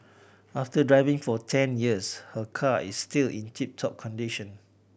after driving for ten years her car is still in tip top condition